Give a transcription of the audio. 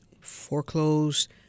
foreclosed